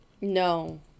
No